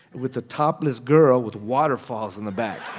with a topless girl with waterfalls in the back.